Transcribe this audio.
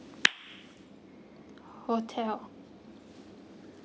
hotel